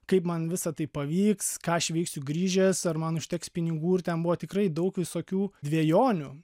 kaip man visa tai pavyks ką aš veiksiu grįžęs ar man užteks pinigų ir ten buvo tikrai daug visokių dvejonių